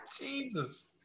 Jesus